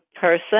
person